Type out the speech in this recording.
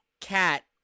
cat